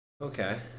Okay